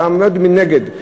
אתה עומד מנגד.